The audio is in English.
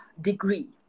degree